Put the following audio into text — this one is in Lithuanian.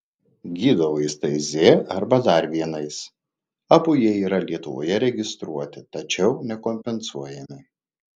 gydo vaistais z arba dar vienais abu jie yra lietuvoje registruoti tačiau nekompensuojami